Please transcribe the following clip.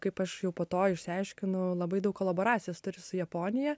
kaip aš jau po to išsiaiškinau labai daug koloboracijos turi su japonija